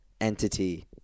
entity